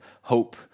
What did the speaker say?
hope